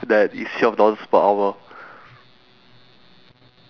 ya I would say main~ mainly uneducated people in general will flame you